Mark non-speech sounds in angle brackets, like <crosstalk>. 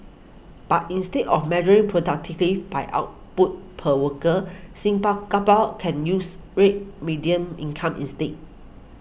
but instead of measuring productivity by output per worker <unintelligible> can use real median income instead